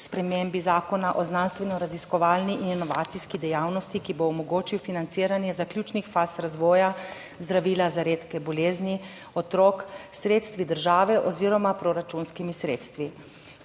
spremembe Zakona o znanstvenoraziskovalni in inovacijski dejavnosti, ki bo omogočil financiranje zaključnih faz razvoja zdravila za redke bolezni otrok s sredstvi države oziroma proračunskimi sredstvi.